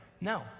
No